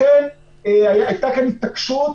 לכן הייתה כאן התעקשות,